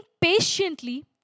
patiently